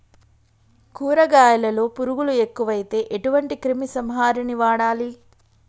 కూరగాయలలో పురుగులు ఎక్కువైతే ఎటువంటి క్రిమి సంహారిణి వాడాలి?